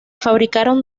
fabricaron